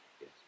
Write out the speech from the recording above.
Yes